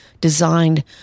designed